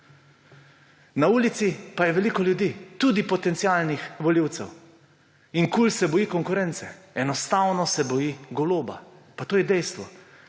Na ulici pa je veliko ljudi, tudi potencialnih volivcev, in KUL se boji konkurence. Enostavno se boji Goloba. To je dejstvo.